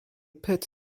pitt